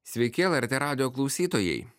sveiki lrt radijo klausytojai